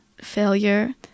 failure